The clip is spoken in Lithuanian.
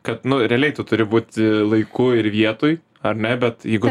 kad nu realiai tu turi būti laiku ir vietoj ar ne bet jeigu